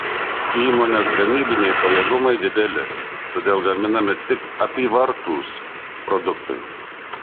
įmonės gamybiniai pajėgumai dideli todėl gaminami tik apyvartūs produktai